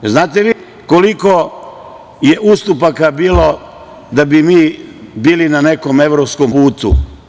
Znate li vi koliko je ustupaka bilo da bi mi bili na nekom evropskom putu?